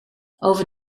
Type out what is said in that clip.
over